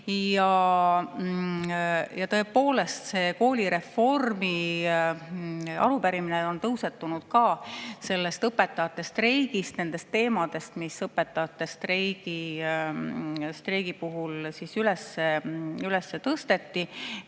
Ja tõepoolest, see koolireformi arupärimine on tõusetunud ka õpetajate streigist, nendest teemadest, mis õpetajate streigi puhul üles tõsteti,